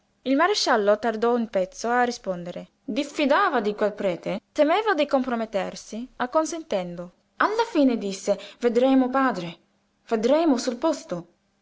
il maresciallo tardò un pezzo a rispondere diffidava di quel prete temeva di compromettersi acconsentendo alla fine disse vedremo padre vedremo sul posto